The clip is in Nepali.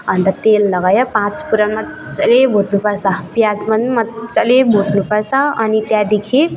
अनि त तेल लगायो पाँचफुरन मज्जाले भुट्नुपर्छ प्याज पनि मज्जाले भुट्नुपर्छ अनि त्यहाँदेखि